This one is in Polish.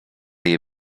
jej